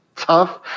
Tough